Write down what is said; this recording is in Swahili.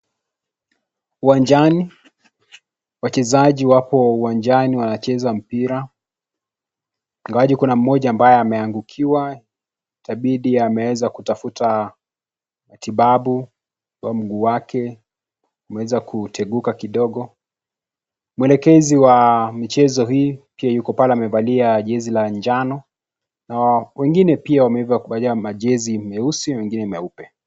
Uwanjani, wachezaji wapo uwanjani wanacheza mpira. Ingawaje kuna mmoja ambaye ameangukiwa, itabidi ameeza kutafuta matibabu kwa mguu wake umeweza kuteguka kidogo. Mwelekezi wa michezo hii pia yuko pale amevalia jezi la njano, na wengine pia wameweza kuvalia majezi meusi wengine meupe.